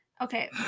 Okay